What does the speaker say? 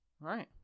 right